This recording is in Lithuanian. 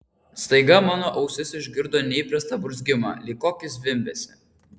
staiga mano ausis išgirdo neįprastą burzgimą lyg kokį zvimbesį